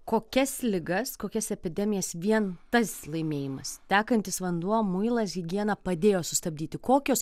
kokias ligas kokias epidemijas vien tas laimėjimas tekantis vanduo muilas higiena padėjo sustabdyti kokios